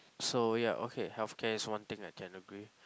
so yeah okay healthcare is one thing I can agree